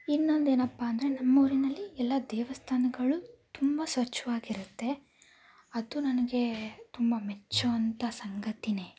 ಇನ್ನೊಂದು ಏನಪ್ಪಾಂದರೆ ನಮ್ಮ ಊರಿನಲ್ಲಿ ಎಲ್ಲ ದೇವಸ್ಥಾನಗಳು ತುಂಬ ಸ್ವಚ್ಛವಾಗಿರುತ್ತೆ ಅದು ನನಗೆ ತುಂಬ ಮೆಚ್ಚುವಂಥ ಸಂಗತಿಯೇ